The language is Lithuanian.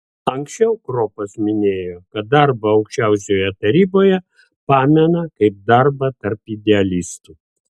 anksčiau kropas minėjo kad darbą aukščiausioje taryboje pamena kaip darbą tarp idealistų